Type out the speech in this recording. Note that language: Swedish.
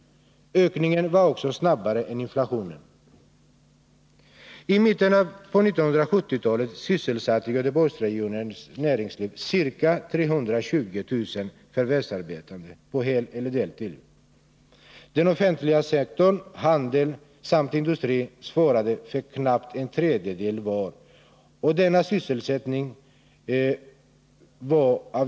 Ökningen var också snabbare än inflationen. I mitten av 1970-talet sysselsatte Göteborgsregionens näringsliv ca 320 000 förvärvsarbetande på heleller deltid. Den offentliga sektorn, handeln och industrin svarade för knappt en tredjedel var av denna sysselsättning.